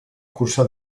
cursa